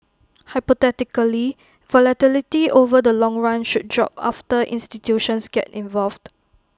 hypothetically volatility over the long run should drop after institutions get involved